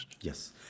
Yes